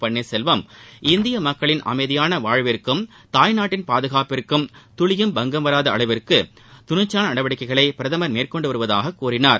பன்னீர்செல்வம் இந்திய மக்களின் அமைதியான வாழ்விற்கும் தாய் நாட்டின் பாதுகாப்பிற்கும் துளியும் பங்கம் வராத அளவிற்கு துணிச்சலான நடவடிக்கைகளை பிரதமர் மேற்கொண்டு வருவதாக கூறினார்